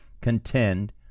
contend